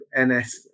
NS